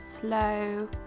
slow